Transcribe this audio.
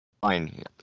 Fine